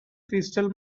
crystal